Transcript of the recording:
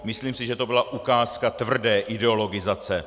Myslím si, že to byla ukázka tvrdé ideologizace.